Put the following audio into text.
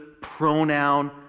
pronoun